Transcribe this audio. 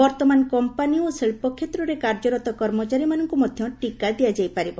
ବର୍ତ୍ତମାନ କମ୍ପାନୀ ଓ ଶିଳ୍ପ କ୍ଷେତ୍ରରେ କାର୍ଯ୍ୟରତ ନିଜନିଜର କର୍ମଚାରୀ ମାନଙ୍କୁ ମଧ୍ୟ ଟିକା ଦିଆଯାଇ ପାରିବ